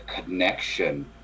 connection